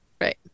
Right